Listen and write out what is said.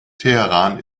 teheran